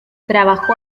trabajó